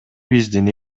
биздин